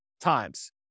times